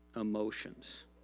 emotions